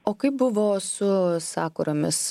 o kaip buvo su sakuromis